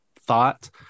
thought